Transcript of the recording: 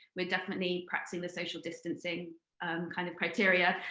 we're definitely practicing the social distancing kind of criteria.